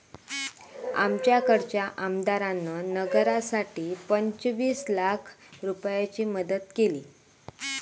आमच्याकडच्या आमदारान नगरासाठी पंचवीस लाख रूपयाची मदत केली